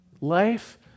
Life